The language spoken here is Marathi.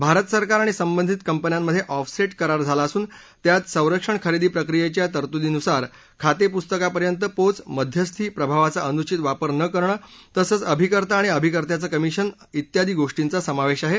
भारत सरकार आणि संबंधित कंपन्यांमधे ऑफसेट करार झाला असून त्यात संरक्षण खरेदी प्रक्रियेच्या तरतुदींनुसार खाते पुस्तकापर्यंत पोच मध्यस्थी प्रभावाचा अनुचित वापर न करणं तसंच अभिकर्ता आणि अभिकर्त्याचं कमिशन इत्यादी गोष्टींचा समोवश आहे